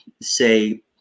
say